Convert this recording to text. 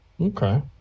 Okay